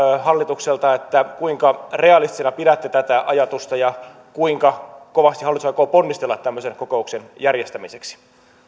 hallitukselta kuinka realistisena pidätte tätä ajatusta ja kuinka kovasti hallitus aikoo ponnistella tämmöisen kokouksen järjestämiseksi